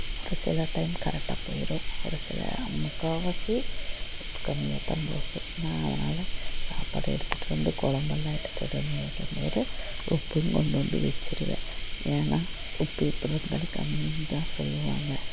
ஒரு சில டைம் கரட்டாக போயிடும் ஒரு சில முக்கால்வாசி உப்பு கம்மியாகத்தான் போகும் நான் அதனால் சாப்பாடு எடுத்துகிட்டு வந்து கொழம்பெல்லாம் எடுத்துகிட்டு வந்து வைக்கும்போது உப்பும் கொண்டு வந்து வச்சுருவேன் ஏன்னால் உப்பு எப்புடிருந்தாலும் கம்மின்னுதான் சொல்லுவாங்க